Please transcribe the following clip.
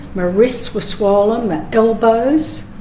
my wrists were swollen, my elbows,